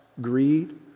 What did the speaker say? Greed